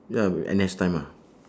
near our N_S time ah